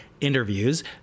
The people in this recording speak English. interviews